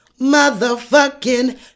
motherfucking